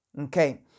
Okay